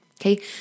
Okay